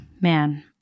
Man